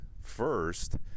first